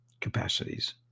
capacities